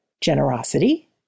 Generosity